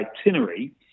itinerary